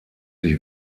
sich